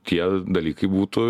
tie dalykai būtų